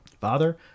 father